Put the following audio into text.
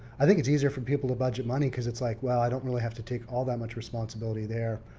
i think it's easier for people to budget money because it's like, well i don't really have to take all that much responsibility there.